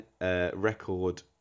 record